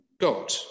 God